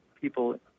people